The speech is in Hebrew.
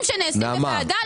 אבל מי שקיבל ביתר לא,